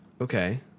Okay